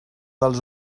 dels